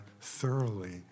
thoroughly